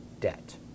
debt